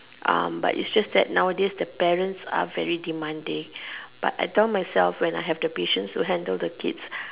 um but it's just that nowadays the parents are very demanding but I tell myself when I have the patience to handle the kids